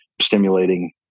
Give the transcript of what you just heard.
stimulating